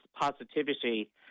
positivity